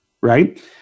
right